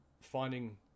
finding